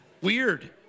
Weird